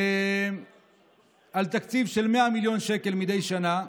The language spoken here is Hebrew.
עם תקציב של 100 מיליון שקל מדי שנה.